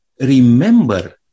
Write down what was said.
remember